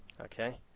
Okay